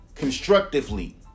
Constructively